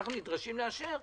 שאנחנו נדרשים לאשר,